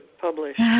published